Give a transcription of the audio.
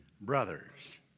brothers